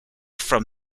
from